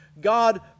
God